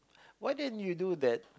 why didn't you do that